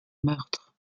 meurtre